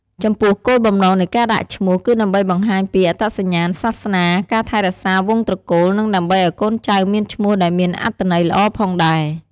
ចំពោះគោលបំណងនៃការដាក់ឈ្មោះ គឺដើម្បីបង្ហាញពី អត្តសញ្ញាណសាសនា ការថែរក្សាវង្សត្រកូល និងដើម្បីឲ្យកូនចៅមានឈ្មោះដែលមានអត្ថន័យល្អផងដែរ។